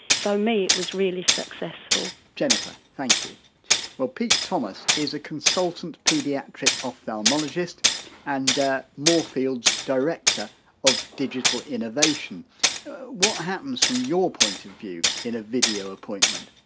so, for me it was really successful whitejennifer, thank you well pete thomas is a consultant paediatric ophthalmologist and moorfields director of digital innovation what happens, from your point of view, in a video appointment?